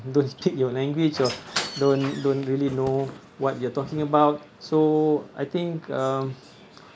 don't speak your language or don't don't really know what you are talking about so I think um